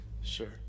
Sure